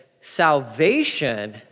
salvation